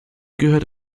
gehörte